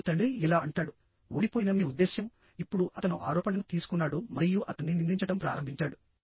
ఇప్పుడు తండ్రి ఇలా అంటాడు ఓడిపోయిన మీ ఉద్దేశ్యం ఇప్పుడు అతను ఆరోపణను తీసుకున్నాడు మరియు అతన్ని నిందించడం ప్రారంభించాడు